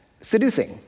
seducing